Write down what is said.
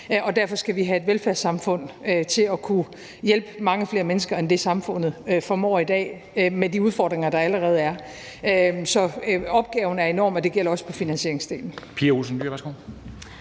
Derfor skal vi have et velfærdssamfund til at kunne hjælpe mange flere mennesker end det, samfundet formår i dag med de udfordringer, der allerede er. Så opgaven er enorm, og det gælder også for finansieringsdelen.